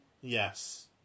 Yes